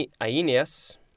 Aeneas